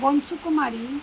Panchukumari